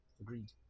Agreed